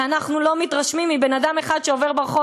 ואנחנו לא מתרשמים מבן-אדם אחד שעובר ברחוב